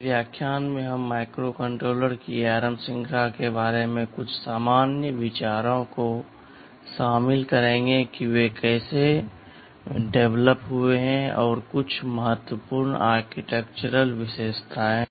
be covering some general ideas about the ARM series of microcontrollers how they have evolved and some of the important architectural features इस व्याख्यान में हम माइक्रोकंट्रोलरों की ARM श्रृंखला के बारे में कुछ सामान्य विचारों को शामिल करेंगे कि वे कैसे विकसित हुए हैं और कुछ महत्वपूर्ण आर्किटेक्चरल विशेषताएं हैं